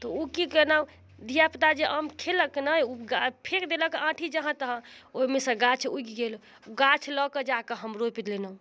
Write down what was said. तऽ ओ कि केलहुँ धिआपुता जे आम खेलक ने ओ फेक देलक आँठी जहाँ तहाँ ओहिमेसँ गाछ उगि गेल गाछ लऽ कऽ जाकऽ हम रोपि देलहुँ